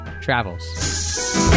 travels